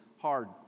hard